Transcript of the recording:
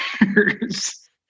years